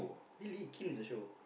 really kin is a show